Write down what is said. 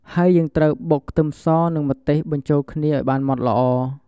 ហើយយើងត្រូវបុកខ្ទឹមស និងម្ទេសបញ្ចូលគ្នាឱ្យបានម៉ដ្ឋល្អ។